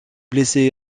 blessé